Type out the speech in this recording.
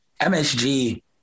MSG